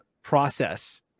Process